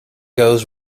goes